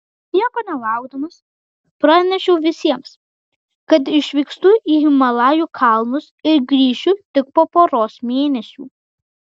nieko nelaukdamas pranešiau visiems kad išvykstu į himalajų kalnus ir grįšiu tik po poros mėnesių